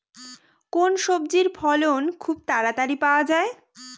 কোন সবজির ফলন খুব তাড়াতাড়ি পাওয়া যায়?